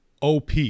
op